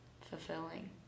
fulfilling